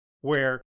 where-